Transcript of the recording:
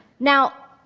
now,